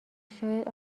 شاید